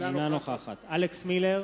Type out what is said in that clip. אינה נוכחת אלכס מילר,